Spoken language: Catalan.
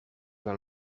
del